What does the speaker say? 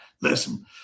Listen